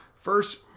first